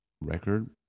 record